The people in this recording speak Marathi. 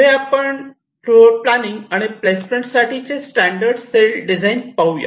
पुढे आपण फ्लोरप्लानिंग आणि प्लेसमेंट साठी स्टैंडर्ड सेल डिझाईन स्टाईल पाहूया